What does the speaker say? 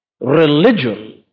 religion